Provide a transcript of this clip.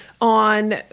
on